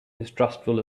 distrustful